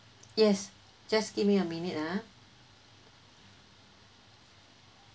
yes just give me a minute ah